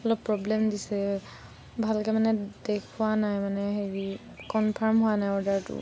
অলপ প্ৰব্লেম দিছে ভালকৈ মানে দেখুওৱা নাই মানে হেৰি কনফাৰ্ম হোৱা নাই অৰ্ডাৰটো